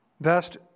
best